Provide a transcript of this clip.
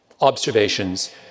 observations